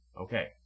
Okay